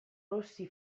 rossi